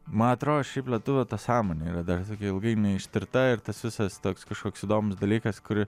man atrodo šiaip lietuvių ta sąmonė yra dar tokia ilgai neištirta ir tas visas toks kažkoks įdomus dalykas kurį